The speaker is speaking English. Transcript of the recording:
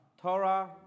Torah